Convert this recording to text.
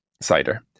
cider